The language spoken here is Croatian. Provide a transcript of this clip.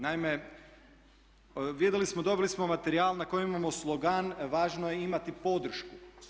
Naime, vidjeli smo, dobili smo materijal na kojem imamo slogan "Važno je imati podršku.